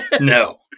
No